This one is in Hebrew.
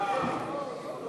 ממשלתית